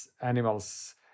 animals